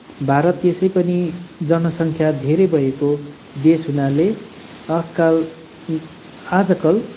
भारत त्यसै पनि जनसङ्ख्या धेरै भएको देश हुनाले आजकल आजकल